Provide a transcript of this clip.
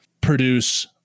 produce